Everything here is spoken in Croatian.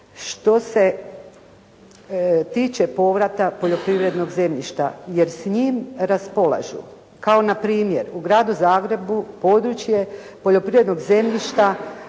što se tiče povrata poljoprivrednog zemljišta, jer s njim raspolažu kao npr. u Gradu Zagrebi područje poljoprivrednog zemljišta